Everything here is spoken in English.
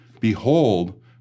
Behold